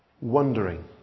wondering